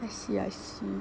I see I see